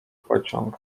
pociąg